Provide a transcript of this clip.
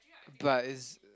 but is